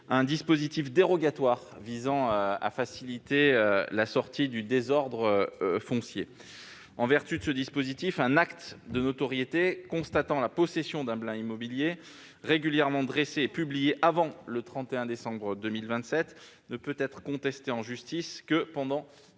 un dispositif dérogatoire visant à faciliter la sortie du désordre foncier dans plusieurs collectivités ultramarines. En vertu de ce dispositif, un acte de notoriété constatant la possession d'un bien immobilier régulièrement dressé et publié avant le 31 décembre 2027 ne peut être contesté en justice que pendant un